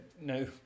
no